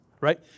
right